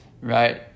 right